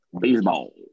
Baseball